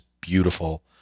beautiful